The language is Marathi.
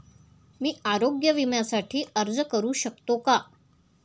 मी आरोग्य विम्यासाठी अर्ज करू शकतो का?